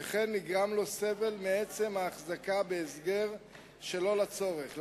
שכן נגרם לו סבל מעצם ההחזקה בהסגר שלא לצורך.